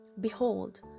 Behold